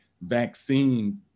vaccine